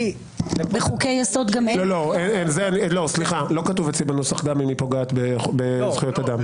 לא כתוב אצלי בנוסח: גם אם היא פוגעת בזכויות אדם.